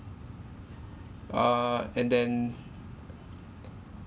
err and then